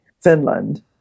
Finland